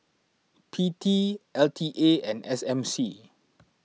P T L T A and S M C